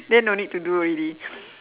then no need to do already